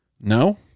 no